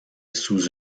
sous